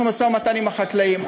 אנחנו במשא-מתן עם החקלאים,